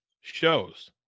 shows